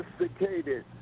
sophisticated